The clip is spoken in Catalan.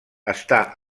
està